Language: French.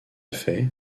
fait